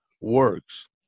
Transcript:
works